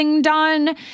done